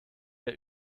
der